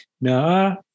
No